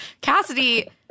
Cassidy